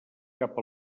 cap